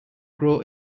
grow